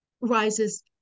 rises